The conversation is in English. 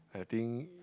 I think